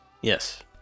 Yes